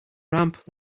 ramp